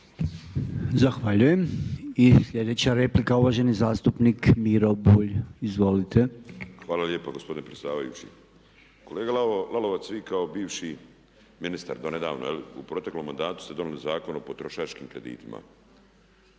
Zahvaljujem. I sljedeća replika uvaženi zastupnik Miro Bulj. Izvolite. **Bulj, Miro (MOST)** Hvala lijepo gospodine predsjedavajući. Kolega Lalovac vi kao bivši ministar, donedavno je li u proteklom mandatu ste donijeli Zakon o potrošačkim kreditima.